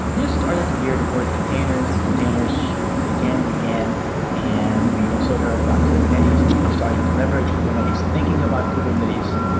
yeah started to hear the word containers and containers again and again and we also heard about kubernetes. people starting to leverage kubernetes, thinking about kubernetes,